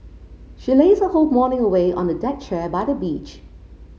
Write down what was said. she lazed her whole morning away on the deck chair by the beach